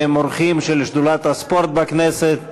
שהם אורחים של שדולת הספורט בכנסת,